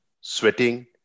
sweating